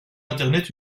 internet